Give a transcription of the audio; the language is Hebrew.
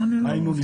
היינו,